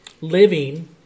Living